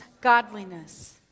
godliness